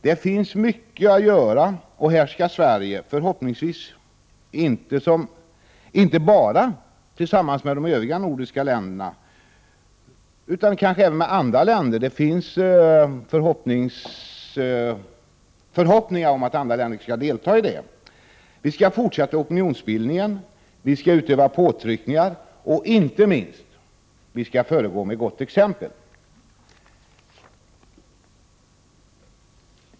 Det finns mycket att göra, och här skall Sverige, förhoppningsvis inte enbart tillsammans med de övriga nordiska länderna utan kanske även med andra länder, fortsätta opinionsbildningen, utöva påtryckningar och inte minst föregå med gott exempel. Det finns nämligen förhoppningar om att andra länder skall delta i detta.